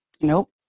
Nope